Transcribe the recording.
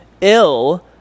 ill